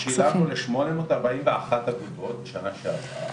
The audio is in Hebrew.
שילמנו לשמונה מאות ארבעים ואחת אגודות בשנה שעברה.